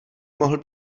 mohl